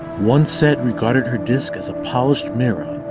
one set regarded her disc as a polished mirror,